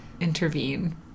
intervene